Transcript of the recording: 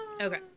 Okay